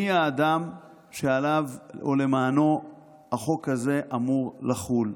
מי האדם שעליו או למענו החוק הזה אמור לחול,